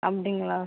அப்படிங்களா